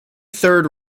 third